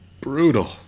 brutal